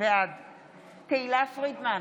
בעד תהלה פרידמן,